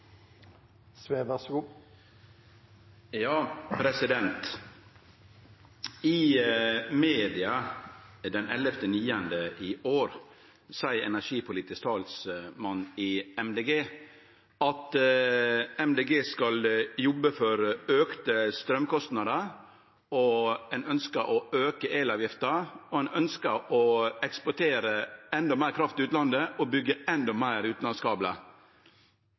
I media i september i år seier energipolitisk talsmann i Miljøpartiet Dei Grøne at partiet skal jobbe for auka straumkostnader. Ein ønskjer å auke elavgifta, å eksportere endå meir kraft til utlandet og å byggje endå